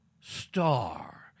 star